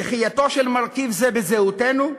דחייתו של מרכיב זה בזהותנו,